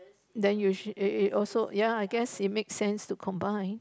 then you it it also ya I guess it make sense to combine